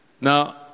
Now